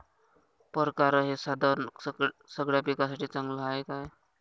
परकारं हे साधन सगळ्या पिकासाठी चांगलं हाये का?